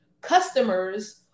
customers